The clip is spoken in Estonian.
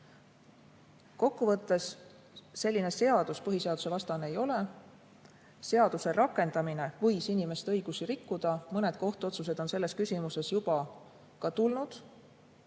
võttes selline seadus põhiseadusevastane ei ole. Seaduse rakendamine võis inimeste õigusi rikkuda, mõned kohtuotsused on selles küsimuses juba ka tulnud.